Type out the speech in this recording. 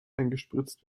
eingespritzt